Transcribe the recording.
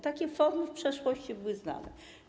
Takie formy w przeszłości były znane.